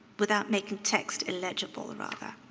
without making text illegible rather.